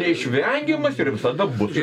neišvengiamas ir visada bus